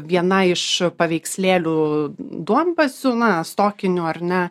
viena iš paveikslėlių duombazių na stokinių ar ne